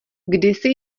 kdysi